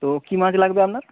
তো কি মাছ লাগবে আপনার